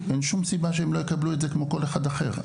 אין שום סיבה שהם לא יקבלו את זה כמו כל אחד אחר.